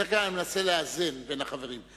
בדרך כלל אני מנסה לאזן בין החברים.